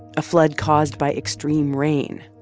a flood caused by extreme rain.